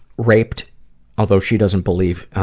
raped although she doesn't believe,